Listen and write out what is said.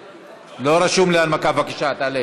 בבקשה, תעלה.